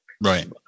Right